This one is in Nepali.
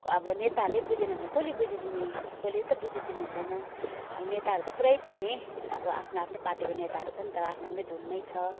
को अब नेताहरूले बुझेन भने कसले बुझिदिने कसले पनि त बुझिदिनु हुँदैन अब नेताहरू त पुरै छ नि अब आफ्नो आफ्नो पार्टीको नेताहरू छन् तर आफ्नो आफ्नै धुनमै छ